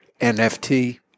nft